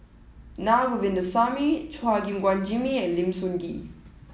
Na Govindasamy Chua Gim Guan Jimmy and Lim Sun Gee